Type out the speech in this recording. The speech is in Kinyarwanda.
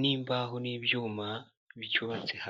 n'imbaho n'ibyuma bicyubatse hasi.